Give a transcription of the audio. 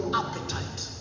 appetite